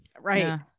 Right